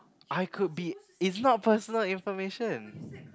I could be it's not personal information